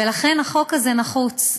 ולכן, החוק הזה נחוץ.